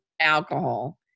alcohol